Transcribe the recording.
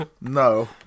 No